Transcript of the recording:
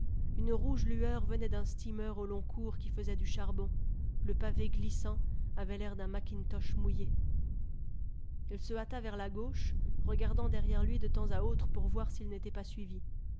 une rouge lueur venait d'un steamer au long cours qui faisait du charbon le pavé glissant avait l'air d'un mackintosli mouillé il se hâta vers la gauche regardant derrière lui de temps à autre pour voir s'il n'était pas suivi